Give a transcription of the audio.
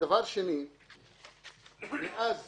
מאז